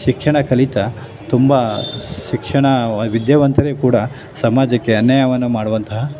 ಶಿಕ್ಷಣ ಕಲಿತ ತುಂಬ ಶಿಕ್ಷಣ ವ ವಿದ್ಯಾವಂತರೇ ಕೂಡ ಸಮಾಜಕ್ಕೆ ಅನಾಯವನ್ನು ಮಾಡುವಂತಹ